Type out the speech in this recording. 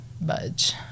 budge